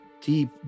deep